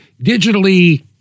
digitally